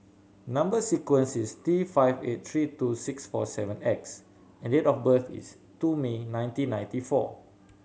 number sequence is T five eight three two six four seven X and date of birth is two May nineteen ninety four